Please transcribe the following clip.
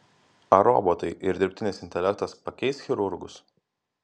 ar robotai ir dirbtinis intelektas pakeis chirurgus